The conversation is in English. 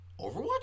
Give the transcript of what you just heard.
Overwatch